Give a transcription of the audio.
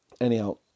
anyhow